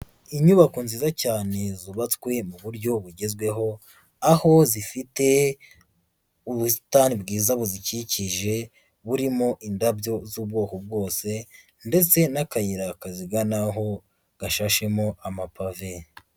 Inyubako nziza cyane zubatswe mu buryo bugezweho, aho zifite ubusitani bwiza buzikikije, burimo indabyo z'ubwoko bwose, ndetse n'akayira kaziganaho gashashemo amapave.